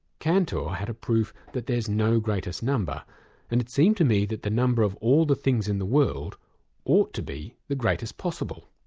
cantor had a proof that there's no greatest number and it seemed to me that the number of all the things in the world ought to be the greatest possible.